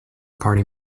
party